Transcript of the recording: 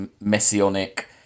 messianic